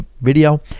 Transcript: video